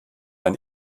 ein